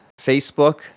facebook